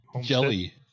jelly